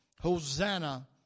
Hosanna